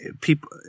people